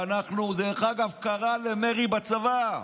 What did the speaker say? דרך אגב, הוא קרא למרי בצבא,